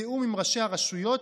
בתיאום עם ראשי הרשויות,